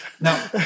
Now